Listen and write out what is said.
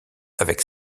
avec